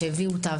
שהביאו אותה,